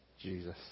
Jesus